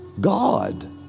God